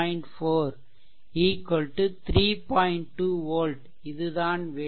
2 volt இதுதான் விடை